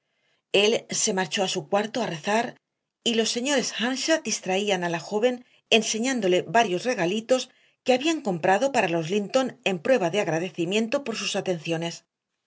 él se marchó a su cuarto a rezar y los señores earnshaw distraían a la joven enseñándole varios regalitos que habían comprado para los linton en prueba de agradecimiento por sus atenciones